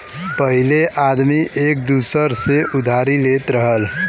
पहिले आदमी एक दूसर से उधारी लेत रहल